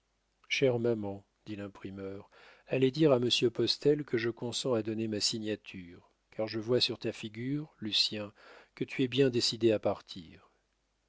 chère maman dit l'imprimeur allez dire à monsieur postel que je consens à donner ma signature car je vois sur ta figure lucien que tu es bien décidé à partir